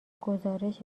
گزارش